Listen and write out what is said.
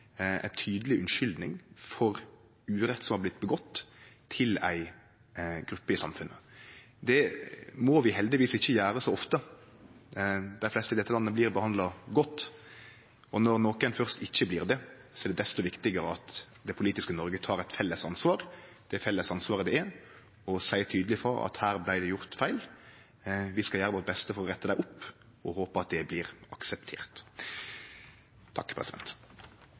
ei tydeleg unnskyldning for urett som er påført ei gruppe i samfunnet. Det må vi heldigvis ikkje gjere så ofte – dei fleste i dette landet blir behandla godt. Men når nokon først ikkje blir det, er det desto viktigare at det politiske Noreg tek det felles ansvaret det er å seie tydeleg ifrå om at her vart det gjort feil, og vi skal gjere vårt beste for å rette det opp og håpar at det blir akseptert.